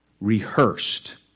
Rehearsed